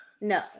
no